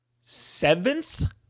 seventh